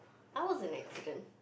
I was an accident